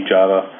Java